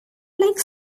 like